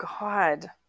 God